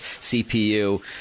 CPU